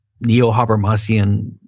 neo-Habermasian